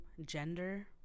gender